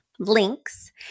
links